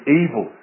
evil